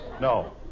No